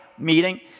meeting